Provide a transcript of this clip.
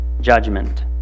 judgment